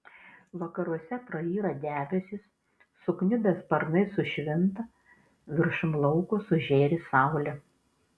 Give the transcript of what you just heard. vakaruose prayra debesys sukniubę sparnai sušvinta viršum lauko sužėri saulė